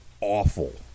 awful